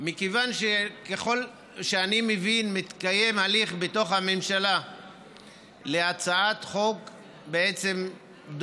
מכיוון שככל שאני מבין שמתקיים הליך בתוך הממשלה להצעת חוק דומה,